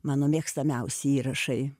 mano mėgstamiausi įrašai